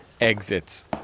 exits